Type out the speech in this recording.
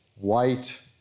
white